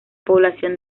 población